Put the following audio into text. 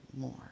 more